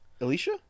Alicia